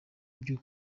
byo